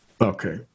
Okay